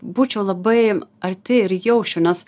būčiau labai arti ir jausčiau nes